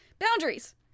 Boundaries